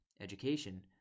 education